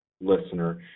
listener